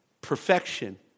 perfection